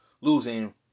losing